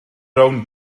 rownd